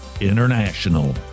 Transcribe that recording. International